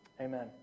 Amen